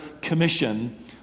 commission